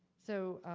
so,